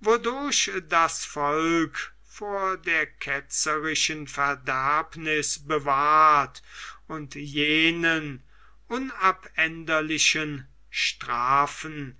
wodurch das volk vor der ketzerischen verderbniß bewahrt und jenen unabänderlichen strafen